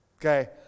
okay